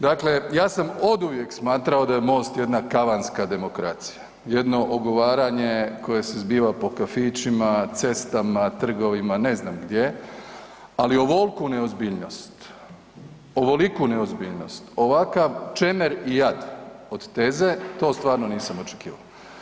Dakle, ja sam oduvijek smatrao da je MOST jedna kavarska demokracija, jedno ogovaranje koje se zbiva po kafićima, cestama, trgovima, ne znam gdje, ali ovoliku neozbiljnost, ovoliku neozbiljnost ovakav čemer i jad od teze to stvarno nisam očekivao.